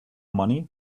money